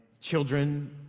children